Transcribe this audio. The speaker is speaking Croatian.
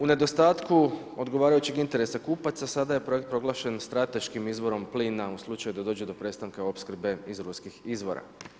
U nedostatku odgovarajućeg interesa kupaca sada je projekt proglašen strateškim izvorom plina u slučaju da dođe do prestanka opskrbe iz ruskih izvora.